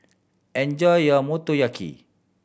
enjoy your Motoyaki